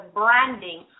branding